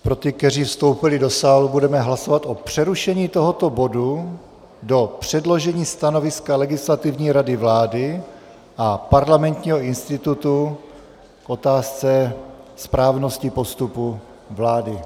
Pro ty, kteří vstoupili do sálu: budeme hlasovat o přerušení tohoto bodu do předložení stanoviska Legislativní rady vlády a Parlamentního institutu k otázce správnosti postupu vlády.